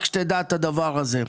רק שתדע את הדבר הזה.